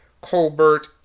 Colbert